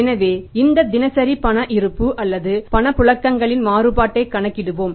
எனவே இந்த தினசரி பண இருப்பு அல்லது பணப்புழக்கங்களின் மாறுபாட்டைக் கணக்கிடுவோம்